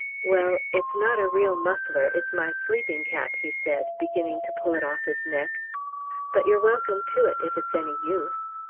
well, it's not a real muffler it's my sleeping-cap, he said, beginning to pull it off his neck but you're welcome to it if it's any use!